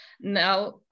Now